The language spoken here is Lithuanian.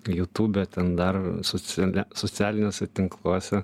youtube bet ten dar socialia socialiniuose tinkluose